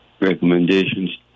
recommendations